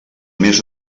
més